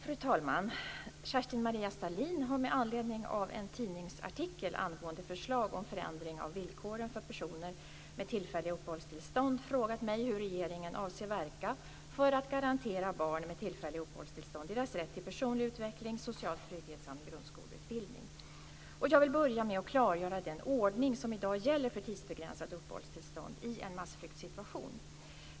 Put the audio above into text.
Fru talman! Kerstin-Maria Stalin har med anledning av en tidningsartikel angående förslag om förändring av villkoren för personer med tillfälliga uppehållstillstånd frågat mig hur regeringen avser verka för att garantera barn med tillfälliga uppehållstillstånd deras rätt till personlig utveckling, social trygghet samt grundskoleutbildning. Jag vill börja med att klargöra den ordning som i dag gäller för tidsbegränsade uppehållstillstånd i en massflyktsituation.